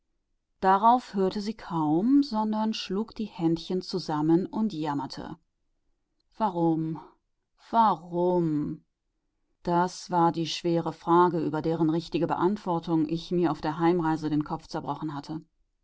darauf hörte sie kaum sondern schlug die händchen zusammen und jammerte warum warum das war die schwere frage über deren richtige beantwortung ich mir auf der heimreise den kopf zerbrochen hatte